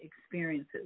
experiences